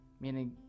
meaning